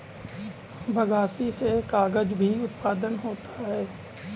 बगासी से कागज़ का भी उत्पादन होता है